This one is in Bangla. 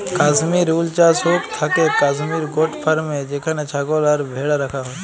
কাশ্মির উল চাস হৌক থাকেক কাশ্মির গোট ফার্মে যেখানে ছাগল আর ভ্যাড়া রাখা হয়